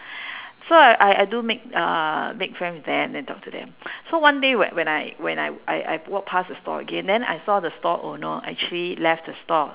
so I I I do make uh make friend with them then talk to them so one day whe~ when I when I I I walk past the store again then I saw the store owner actually left the store